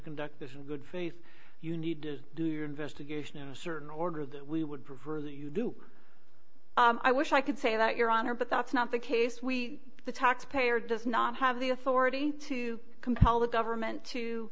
conduct this in good faith you need to do your investigation in a certain order that we would prefer that you do i wish i could say that your honor but that's not the case we the taxpayer does not have the authority to compel the government to